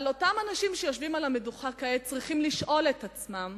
אבל אותם אנשים שיושבים על המדוכה כעת צריכים לשאול את עצמם